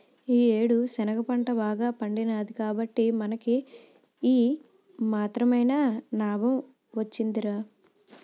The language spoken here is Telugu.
ఈ యేడు శనగ పంట బాగా పండినాది కాబట్టే మనకి ఈ మాత్రమైన నాబం వొచ్చిందిరా